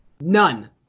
None